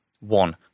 one